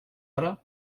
hora